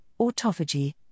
autophagy